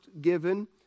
given